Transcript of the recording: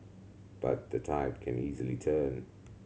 but the tide can easily turn